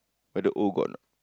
whether O got or not